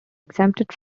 exempted